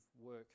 work